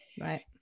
Right